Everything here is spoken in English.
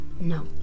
No